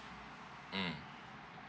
mm